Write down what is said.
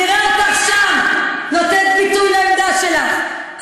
נראה אותך שם נותנת ביטוי לעמדה שלך.